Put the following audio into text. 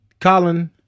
Colin